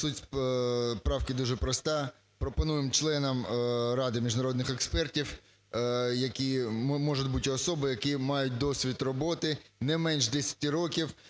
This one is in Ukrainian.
Суть правки дуже проста. Пропонуємо членам ради міжнародних експертів, які… можуть бути особи, які мають досвід роботи не менше 10 років